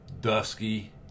dusky